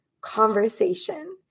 conversation